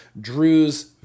Drew's